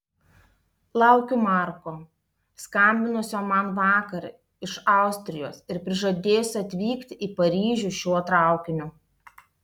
laukiu marko skambinusio man vakar iš austrijos ir prižadėjusio atvykti į paryžių šiuo traukiniu